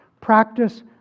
Practice